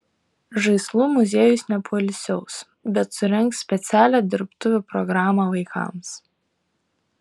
žaislų muziejus nepoilsiaus bet surengs specialią dirbtuvių programą vaikams